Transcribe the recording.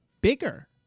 bigger